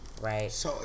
right